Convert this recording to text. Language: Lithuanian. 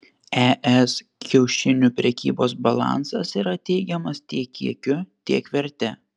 es kiaušinių prekybos balansas yra teigiamas tiek kiekiu tiek verte